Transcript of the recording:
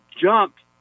jumped